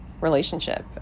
relationship